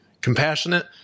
compassionate